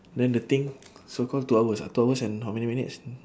then the thing so call two hours ah two hours and how many minutes